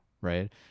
right